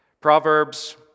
Proverbs